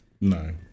No